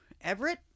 Everett